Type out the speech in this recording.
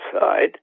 Side